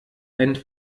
ein